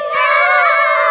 now